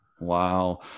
Wow